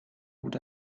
would